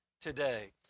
today